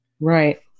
Right